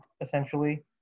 essentially